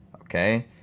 Okay